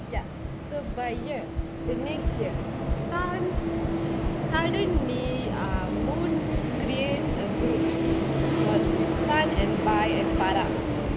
ya so by year the next year sun suddenly ah moon created a group of sun and bai and farah